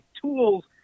tools